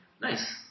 Nice